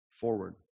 forward